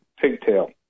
pigtail